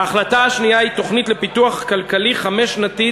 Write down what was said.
ההחלטה השנייה היא תוכנית לפיתוח כלכלי חמש-שנתית.